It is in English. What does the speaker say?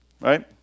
right